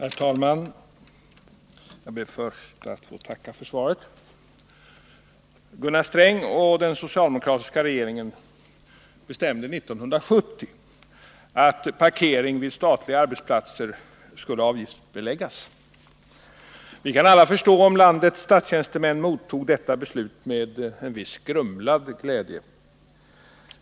, Herr talman! Jag ber först att få tacka för svaret. Gunnar Sträng och den socialdemokratiska regeringen bestämde år 1970 att parkering vid statliga arbetsplatser skulle avgiftsbeläggas. Vi kan alla förstå att landets statstjänstemän mottog detta besked med grumlad glädje.